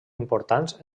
importants